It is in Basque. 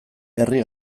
herri